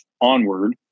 onward